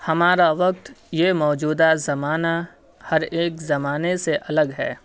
ہمارا وقت یہ موجودہ زمانہ ہر ایک زمانے سے الگ ہے